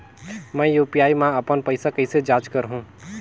मैं यू.पी.आई मा अपन पइसा कइसे जांच करहु?